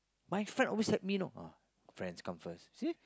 my friends always help me you know ah friends come first see